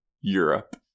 europe